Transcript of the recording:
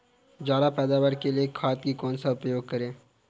ज्यादा पैदावार के लिए कौन सी खाद का प्रयोग करें?